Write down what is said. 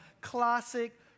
classic